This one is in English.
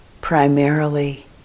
primarily